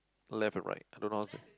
left and right I don't know how to say